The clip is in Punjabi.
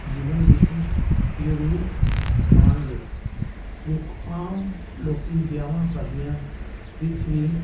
ਜੀਵਨ ਵਿੱਚ ਜ਼ਰੂਰ ਆਉਣਗੇ ਜੇ ਕੋਈ ਆਮ ਲੋਕ ਵਿਆਹਾਂ ਸ਼ਾਦੀਆਂ ਵਿੱਚ ਵੀ